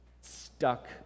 stuck